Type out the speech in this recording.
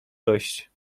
gość